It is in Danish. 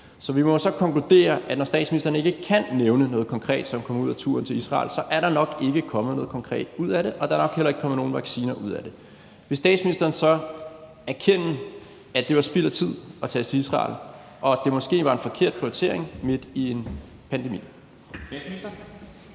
Vi må så konkludere, at når statsministeren ikke kan nævne noget konkret, som kom ud af turen til Israel, er der nok ikke kommet noget konkret ud af det, og der er nok ikke kommet nogen vacciner ud af det. Vil statsministeren så erkende, at det var spild af tid at tage til Israel, og at det måske var en forkert prioritering midt i en pandemi?